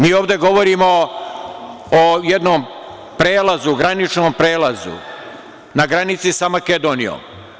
Mi ovde govorimo o jednom graničnom prelazu na granici sa Makedonijom.